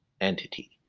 entity